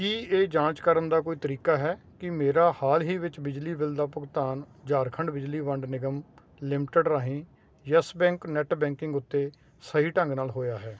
ਕੀ ਇਹ ਜਾਂਚ ਕਰਨ ਦਾ ਕੋਈ ਤਰੀਕਾ ਹੈ ਕਿ ਮੇਰਾ ਹਾਲ ਹੀ ਵਿੱਚ ਬਿਜਲੀ ਬਿੱਲ ਦਾ ਭੁਗਤਾਨ ਝਾਰਖੰਡ ਬਿਜਲੀ ਵੰਡ ਨਿਗਮ ਲਿਮਟਿਡ ਰਾਹੀਂ ਯੈੱਸ ਬੈਂਕ ਨੈੱਟ ਬੈਂਕਿੰਗ ਉੱਤੇ ਸਹੀ ਢੰਗ ਨਾਲ ਹੋਇਆ ਹੈ